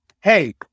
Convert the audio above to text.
hey